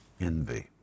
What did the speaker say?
envy